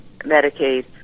Medicaid